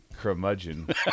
curmudgeon